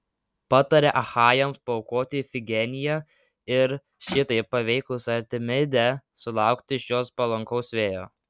patarė achajams paaukoti ifigeniją ir šitaip paveikus artemidę sulaukti iš jos palankaus vėjo